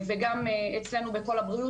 וגם אצלנו בקול הבריאות.